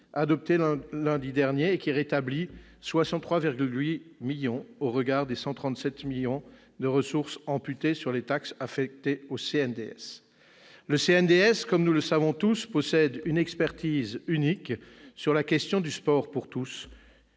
adopté lundi dernier et qui rétablit 63,8 millions d'euros au regard des 137 millions d'euros de ressources amputées sur les taxes affectées au CNDS. Le CNDS, nous le savons tous, possède une expertise unique sur la question du sport pour tous,